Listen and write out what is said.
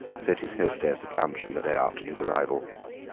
said his hostess at luncheon the day after his arrival.